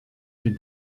been